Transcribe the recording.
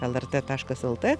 lrt taškas lt